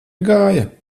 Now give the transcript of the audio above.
gāja